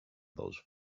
those